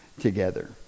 together